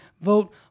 vote